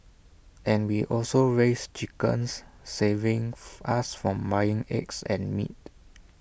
and we also raise chickens saving us from buying eggs and meat